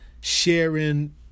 sharing